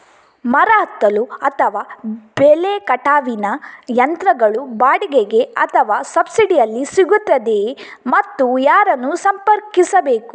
ಮರ ಹತ್ತಲು ಅಥವಾ ಬೆಲೆ ಕಟಾವಿನ ಯಂತ್ರಗಳು ಬಾಡಿಗೆಗೆ ಅಥವಾ ಸಬ್ಸಿಡಿಯಲ್ಲಿ ಸಿಗುತ್ತದೆಯೇ ಮತ್ತು ಯಾರನ್ನು ಸಂಪರ್ಕಿಸಬೇಕು?